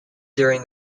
during